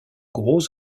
gros